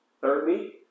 Thirdly